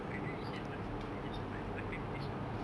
I know you hate mutton taste but mutton taste so good